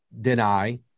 deny